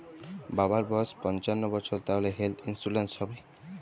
বাবার বয়স পঞ্চান্ন বছর তাহলে হেল্থ ইন্সুরেন্স হবে?